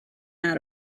out